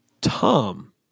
Tom